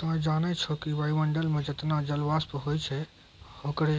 तोहं जानै छौ कि वायुमंडल मं जतना जलवाष्प होय छै होकरे